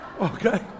Okay